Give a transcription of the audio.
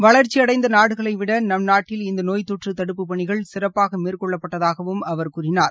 வளர்ச்சியடைந்த நாடுகளைவிட நம் நாட்டில் இந்த நோய் தொற்று தடுப்புப் பணிகள் சிறப்பாக மேற்கொள்ளப்பட்டதகாகவும் அவர் கூறினார்